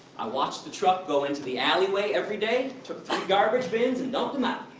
i watched the truck go into the alleyway every day, took three garbage bins and dumped them out.